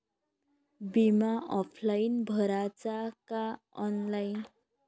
बिमा ऑफलाईन भराचा का ऑनलाईन?